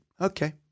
okay